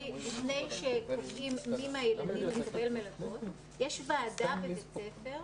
לפני שקובעים מי מהילדים מקבל מלגות יש ועדה בבית ספר,